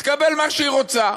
תקבל מה שהיא רוצה,